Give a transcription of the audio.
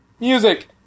Music